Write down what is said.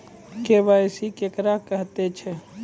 KYC केकरा कहैत छै?